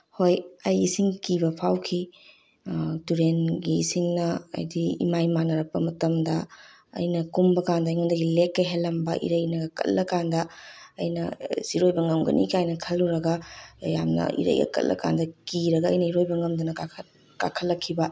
ꯍꯣꯏ ꯑꯩ ꯏꯁꯤꯡ ꯀꯤꯕ ꯐꯥꯎꯈꯤ ꯇꯨꯔꯦꯟꯒꯤ ꯏꯁꯤꯡꯅ ꯍꯥꯏꯗꯤ ꯏꯃꯥꯏ ꯃꯥꯅꯔꯛꯄ ꯃꯇꯝꯗ ꯑꯩꯅ ꯀꯨꯝꯕ ꯀꯥꯟꯗ ꯑꯩꯉꯣꯟꯗꯒꯤ ꯂꯦꯛꯀ ꯍꯦꯜꯂꯝꯕ ꯏꯔꯩꯅꯒ ꯀꯜꯂ ꯀꯥꯟꯗ ꯑꯩꯅ ꯏꯔꯣꯏꯕ ꯉꯝꯒꯅꯤ ꯀꯥꯏꯅ ꯈꯜꯂꯨꯔꯒ ꯌꯥꯝꯅ ꯏꯔꯩꯒ ꯀꯜꯂ ꯀꯥꯟꯗ ꯀꯤꯔꯒ ꯑꯩꯅ ꯏꯔꯣꯏꯕ ꯉꯝꯗꯅ ꯀꯥꯈꯠꯂꯛꯈꯤꯕ